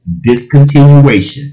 discontinuation